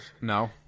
No